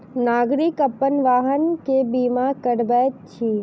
नागरिक अपन वाहन के बीमा करबैत अछि